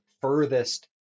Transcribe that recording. furthest